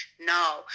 no